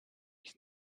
ich